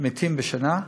מתים בשנה?